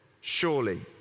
surely